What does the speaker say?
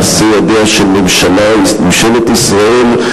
מעשה ידיה של ממשלת ישראל,